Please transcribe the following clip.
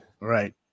right